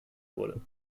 wurde